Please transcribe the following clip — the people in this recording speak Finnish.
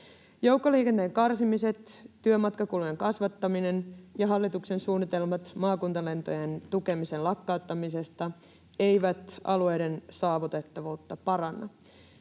Joukkoliikenteen karsimiset, työmatkakulujen kasvattaminen ja hallituksen suunnitelmat maakuntalentojen tukemisen lakkauttamisesta eivät alueiden saavutettavuutta paranna.